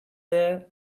there